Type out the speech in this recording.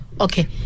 Okay